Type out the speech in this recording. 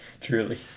Truly